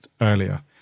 earlier